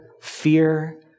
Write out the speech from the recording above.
fear